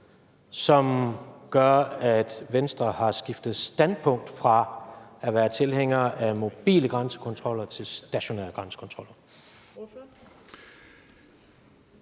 som gør, at Venstre har skiftet standpunkt fra at være tilhænger af mobile grænsekontroller til stationær grænsekontrol?